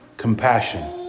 compassion